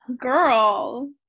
Girl